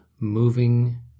Moving